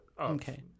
Okay